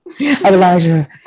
Elijah